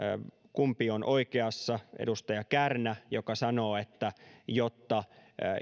kumpi on oikeassa edustaja kärnä joka sanoo että jotta